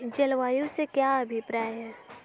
जलवायु से क्या अभिप्राय है?